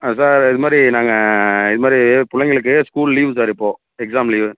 ஆ sir இது மாதிரி நாங்கள் இது மாதிரி பிள்ளைங்களுக்கு ஸ்கூல் லீவு சார் இப்போது எக்ஸாம் லீவு